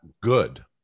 good